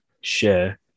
share